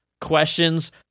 questions